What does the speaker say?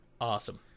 Awesome